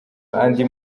andi